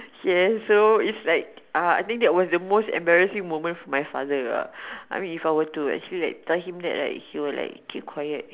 yes so it's like uh I think that was the most embarrassing moment for my father uh I mean if I were to actually like tell him that right he would like keep quiet